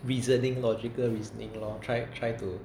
reasoning logical reasoning lor try try to